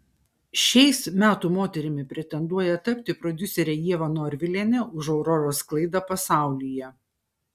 šiais metų moterimi pretenduoja tapti prodiuserė ieva norvilienė už auroros sklaidą pasaulyje